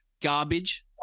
garbage